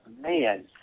man